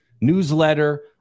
newsletter